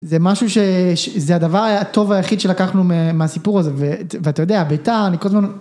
זה משהו שזה הדבר הטוב היחיד שלקחנו מהסיפור הזה ואתה יודע ביתר אני כל הזמן